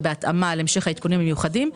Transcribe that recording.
ובהתאמה על המשך העדכונים המיוחדים,